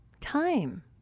time